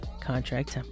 Contract